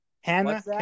Hannah